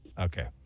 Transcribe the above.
Okay